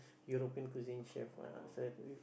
European cuisine chef one lah so